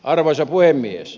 arvoisa puhemies